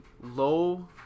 low